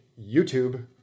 YouTube